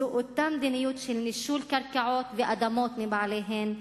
זו אותה מדיניות של נישול הבעלים מקרקעות ואדמות שלהם,